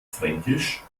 fränkisch